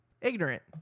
ignorant